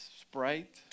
Sprite